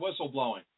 whistleblowing